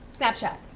Snapchat